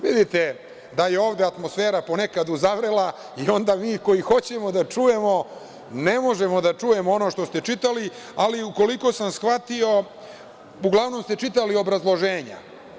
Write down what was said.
Vidite, da je ovde atmosfera ponekad uzavrela i onda mi koji hoćemo da čujemo, ne možemo da čujemo ono što ste čitali, ali ukoliko sam shvatio, uglavnom ste čitali obrazloženje.